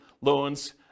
loans